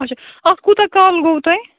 اَچھا اتھ کوٗتاہ کال گوٚو تۄہہِ